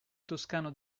toscano